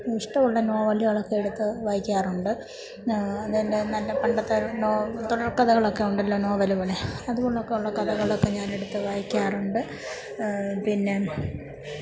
ഇഷ്ടമുള്ള നോവല് അതൊക്കെ എടുത്ത് വായിക്കാറുണ്ട് ദേണ്ടെ നല്ല പണ്ടത്തെ നോ തുടർക്കഥകളൊക്കെയുണ്ടല്ലോ നോവല് പോലെ അതുപോലൊക്കെ ഉള്ള കഥകളൊക്കെ എടുത്ത് വായിക്കാറുണ്ട് പിന്നെ